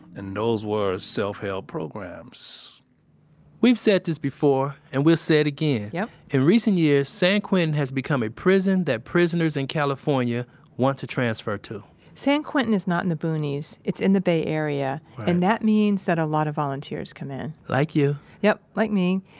and those were self-help programs we've said this before and we'll say it again yep in recent years, san quentin has become a prison that prisoners in california want to transfer to san quentin is not in the boonies. it's in the bay area and that means that a lot of volunteers come in like you yep, like me.